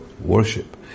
worship